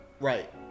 Right